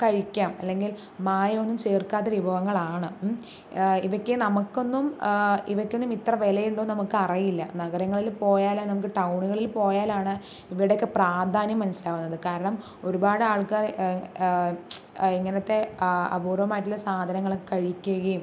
കഴിക്കാം അല്ലെങ്കിൽ മായമൊന്നും ചേർക്കാത്ത വിഭവങ്ങളാണ് ഇവയ്ക്ക് നമുക്കൊന്നും ഇവയ്ക്കൊന്നും ഇത്ര വിലയുണ്ടോന്ന് നമുക്കറിയില്ല നഗരങ്ങളിൽ പോയാലേ നമുക്ക് ടൗണുകളിൽ പോയാലാണ് ഇവയുടെക്കെ പ്രാധാന്യം മനസ്സിലാകുന്നത് കാരണം ഒരുപാട് ആൾകാർ ഇങ്ങനെത്തെ അപൂർവമായിട്ടുള്ള സാധങ്ങളൊക്കെ കഴിക്കുകയും